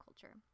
culture